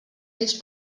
ells